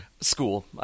School